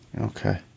Okay